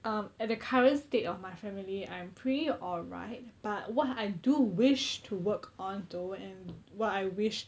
um at the current state of my family I'm pretty alright but what I do wish to work on though and what I wish